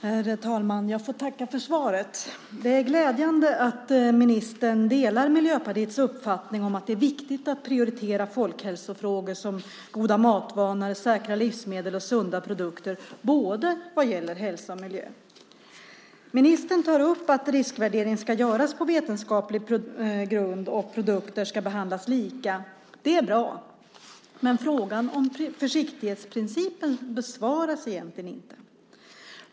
Herr talman! Jag får tacka för svaret. Det är glädjande att ministern delar Miljöpartiets uppfattning att det är viktigt att prioritera folkhälsofrågor som goda matvanor, säkra livsmedel och sunda produkter både vad gäller hälsa och miljö. Ministern tar upp att riskvärdering ska göras på vetenskaplig grund och att produkter ska behandlas lika, och det är bra. Men frågan om försiktighetsprincipen besvaras egentligen inte.